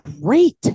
great